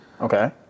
okay